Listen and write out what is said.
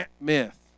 Myth